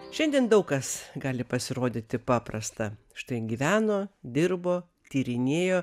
šiandien daug kas gali pasirodyti paprasta štai gyveno dirbo tyrinėjo